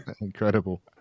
Incredible